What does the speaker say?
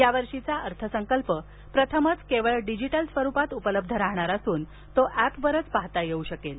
यावर्षीचा अर्थसंकल्प प्रथमच केवळ डिजिटल स्वरुपात उपलब्ध राहणार असून तो ऍपवरच पाहता येऊ शकेल